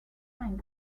sank